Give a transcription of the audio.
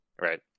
right